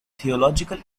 theological